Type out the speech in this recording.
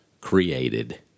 created